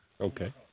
Okay